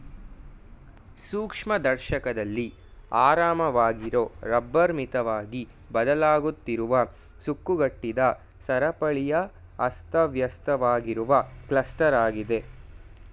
ಸೂಕ್ಷ್ಮದರ್ಶಕದಲ್ಲಿ ಆರಾಮವಾಗಿರೊ ರಬ್ಬರ್ ಮಿತವಾಗಿ ಬದಲಾಗುತ್ತಿರುವ ಸುಕ್ಕುಗಟ್ಟಿದ ಸರಪಳಿಯ ಅಸ್ತವ್ಯಸ್ತವಾಗಿರುವ ಕ್ಲಸ್ಟರಾಗಿದೆ